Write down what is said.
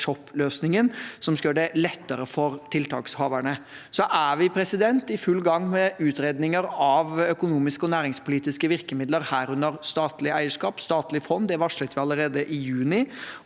som skal gjøre det lettere for tiltakshaverne. Videre er vi i full gang med utredninger av økonomiske og næringspolitiske virkemidler, herunder statlig eierskap, statlig fond. Det varslet vi allerede i juni.